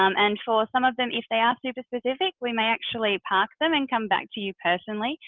um and for some of them, if they are super specific, we may actually park them and come back to you personally,